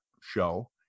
show